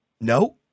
No